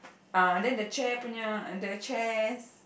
uh then the chair punya the chair's